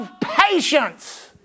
patience